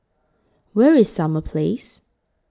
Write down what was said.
Where IS Summer Place